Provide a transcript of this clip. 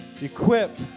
equip